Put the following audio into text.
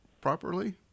properly